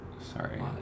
Sorry